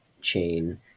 chain